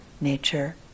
nature